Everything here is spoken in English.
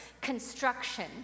construction